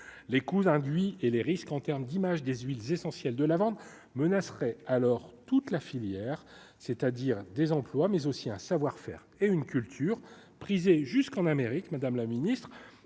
les coûts induits et les risques en terme d'image des civils essentiel de lavande menacerait alors toute la filière, c'est-à-dire des emplois mais aussi un savoir-faire et une culture prisé jusqu'en Amérique, Madame la Ministre,